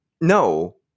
No